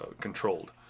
controlled